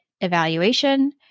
evaluation